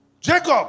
Jacob